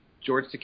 George